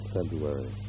February